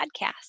podcast